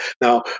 Now